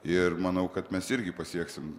ir manau kad mes irgi pasieksim